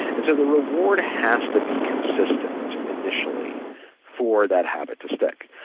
and so the reward has to be consistent initially for that habit to stick.